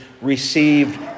Received